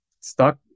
stuck